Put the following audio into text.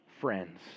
Friends